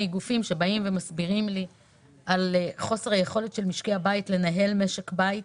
גופים שמסבירים על חוסר היכולת של משקי הבית לנהל משק בית.